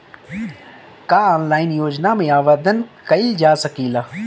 का ऑनलाइन योजना में आवेदन कईल जा सकेला?